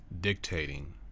dictating